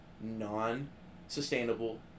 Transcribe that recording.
non-sustainable